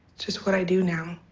just what i do now.